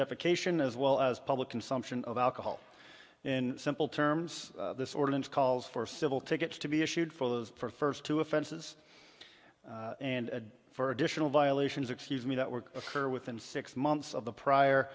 defamation as well as public consumption of alcohol in simple terms this ordinance calls for civil tickets to be issued for the first two offenses and for additional violations excuse me that were occur within six months of the prior